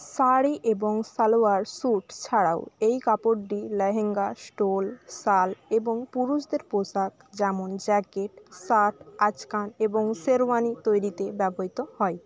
শাড়ি এবং সালোয়ার স্যুট ছাড়াও এই কাপড়টি লেহেঙ্গা স্টোল শাল এবং পুরুষদের পোশাক যেমন জ্যাকেট শার্ট আচকান এবং শেরওয়ানি তৈরিতে ব্যবহৃত হয়